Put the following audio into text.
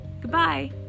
Goodbye